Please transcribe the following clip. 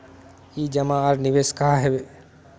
ई जमा आर निवेश का है?